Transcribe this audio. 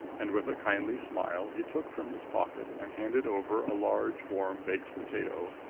and, with a kindly smile, he took from his pocket and handed over a large, warm baked potato.